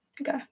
okay